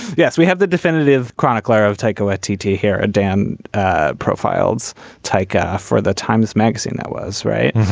yes we have the definitive chronicler of tycho ah titi here a dan ah profiles takeoff for the times magazine that was right.